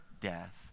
death